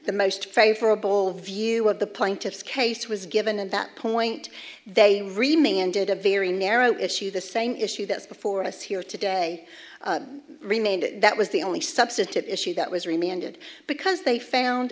the most favorable view of the plaintiff's case was given and that point they remain and did a very narrow issue the same issue that's before us here today remained that was the only substantive issue that was really ended because they found